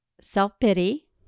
self-pity